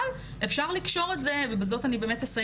אבל אפשר לקשור את זה ובזאת אסיים